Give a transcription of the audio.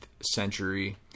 century